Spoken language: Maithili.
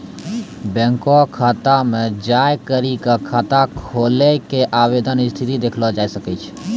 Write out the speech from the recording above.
बैंको शाखा मे जाय करी क खाता खोलै के आवेदन स्थिति देखलो जाय सकै छै